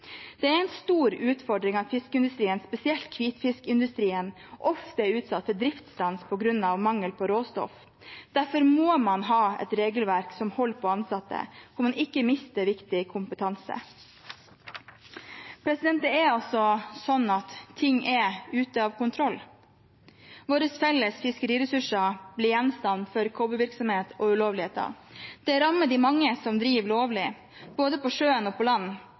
Det er en stor utfordring at fiskeindustrien, spesielt hvitfiskindustrien, ofte er utsatt for driftsstans på grunn av mangel på råstoff. Derfor må man ha et regelverk, slik at man holder på ansatte og ikke mister viktig kompetanse. Det er sånn at ting er ute av kontroll. Våre felles fiskeriressurser blir gjenstand for cowboyvirksomhet og ulovligheter. Det rammer de mange som driver lovlig, både på sjøen og på land,